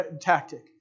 tactic